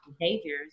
behaviors